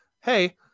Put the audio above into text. hey